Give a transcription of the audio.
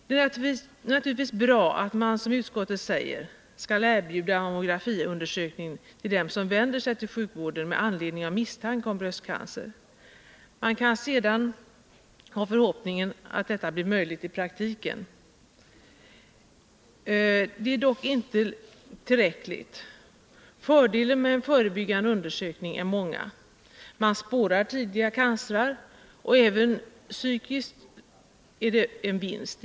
Det är naturligtvis bra att man, som utskottet säger, skall erbjuda mammografiundersökning till dem som vänder sig till sjukvården med anledning av misstanke om bröstcancer. Man kan sedan ha förhoppningen att sådan undersökning blir möjlig också i praktiken. Detta är dock inte tillräckligt. Fördelarna med en förebyggande undersökning är många. Man spårar tidig cancer, och även psykiskt görs en vinst.